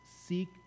Seek